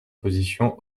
positions